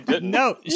no